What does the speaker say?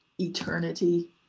eternity